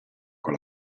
con